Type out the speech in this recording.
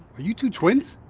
are you two twins?